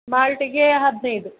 ಮಾಲ್ಟಿಗೇ ಹದಿನೈದು